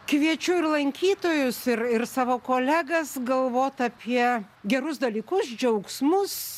kviečiu ir lankytojus ir ir savo kolegas galvot apie gerus dalykus džiaugsmus